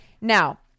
Now